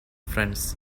friends